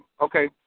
okay